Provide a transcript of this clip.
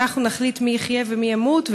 אנחנו נחליט מי יחיה ומי ימות,